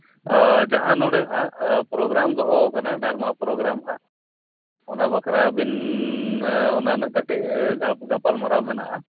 ᱡᱟᱦᱟᱸ ᱱᱚᱰᱮ ᱦᱟᱸᱜ ᱯᱨᱳᱜᱨᱟᱢ ᱫᱚᱦᱚ ᱟᱠᱟᱱᱟ ᱰᱟᱨᱢᱟ ᱯᱨᱳᱜᱨᱟᱢ ᱦᱟᱜ ᱚᱱᱟ ᱵᱟᱠᱷᱨᱟ ᱟᱹᱵᱤᱱ ᱚᱱᱟ ᱨᱮᱱᱟᱜ ᱠᱟᱹᱴᱤᱡ ᱜᱟᱯᱟᱞ ᱢᱟᱨᱟᱣ ᱢᱮᱱᱟᱜᱼᱟ